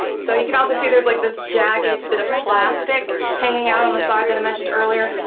so you can also see there's like this jagged bit of plastic hanging out on the side that i mentioned earlier,